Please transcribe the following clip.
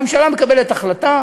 הממשלה מקבלת החלטה